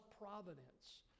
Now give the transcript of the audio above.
providence